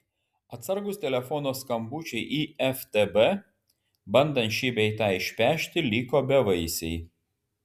atsargūs telefono skambučiai į ftb bandant šį bei tą išpešti liko bevaisiai